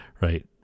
right